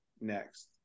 next